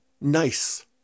nice